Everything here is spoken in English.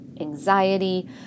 anxiety